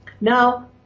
Now